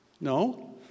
No